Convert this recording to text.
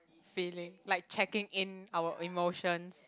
feeling like checking in our emotions